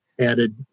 added